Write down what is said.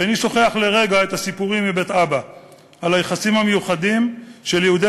איני שוכח לרגע את הסיפורים מבית אבא על היחסים המיוחדים של יהודי